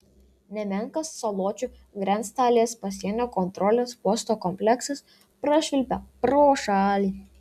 nemenkas saločių grenctalės pasienio kontrolės posto kompleksas prašvilpia pro šalį